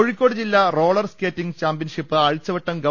കോഴിക്കോട് ജില്ലാ roller skating championship Azhchavattam ഗവ